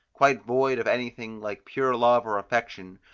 quite void of anything like pure love or affection,